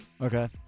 Okay